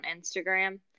Instagram